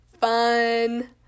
fun